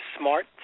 smart